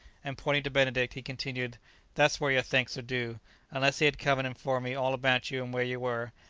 and pointing to benedict, he continued that's where your thanks are due unless he had come and informed me all about you and where you were,